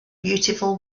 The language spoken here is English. beautiful